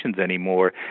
anymore